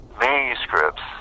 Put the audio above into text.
manuscripts